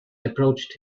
approached